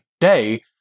day